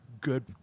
good